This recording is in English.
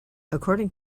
according